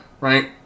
right